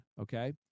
okay